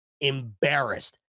Embarrassed